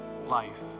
life